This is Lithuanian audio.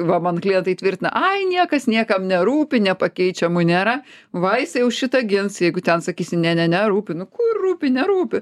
va mano klientai tvirtina ai niekas niekam nerūpi nepakeičiamų nėra va jisiai jau šitą gins jeigu ten sakysi ne ne ne rūpi nu kur rūpi nerūpi